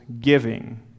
giving